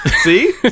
See